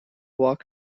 walk